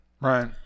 right